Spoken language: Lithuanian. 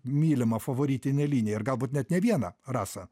mylimą favoritinę liniją ir galbūt net ne vieną rasa